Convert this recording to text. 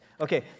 Okay